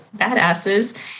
badasses